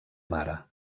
mare